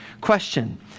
Question